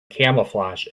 camouflage